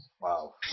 Wow